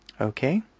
Okay